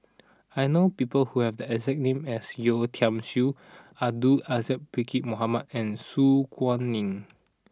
I know people who have the exact name as Yeo Tiam Siew Abdul Aziz Pakkeer Mohamed and Su Guaning